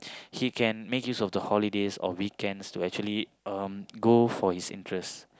he can make use of the holidays or weekends to actually um go for his interest